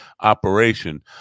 operation